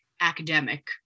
academic